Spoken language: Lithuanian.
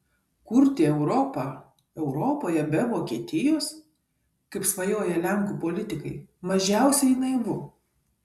kurti europą europoje be vokietijos kaip svajoja lenkų politikai mažiausiai naivu